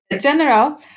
general